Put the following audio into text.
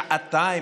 שעתיים.